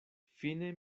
fine